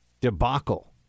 debacle